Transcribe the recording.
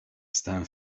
stałem